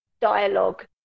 dialogue